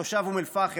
תושב אום אל-פחם,